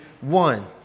one